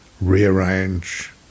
rearrange